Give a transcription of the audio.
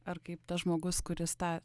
ar kaip tas žmogus kuris tą